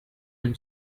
and